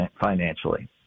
financially